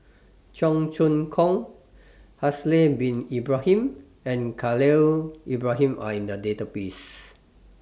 Cheong Choong Kong Haslir Bin Ibrahim and Khalil Ibrahim Are in The Database